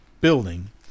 building